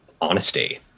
honesty